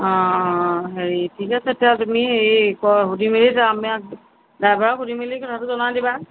অ হেৰি ঠিক আছে তেতিয়াহ'লে তুমি এই ক সুধি মেলি আমাক ড্ৰাইভাৰক সুধি মেলি কথাটো জনাই দিবা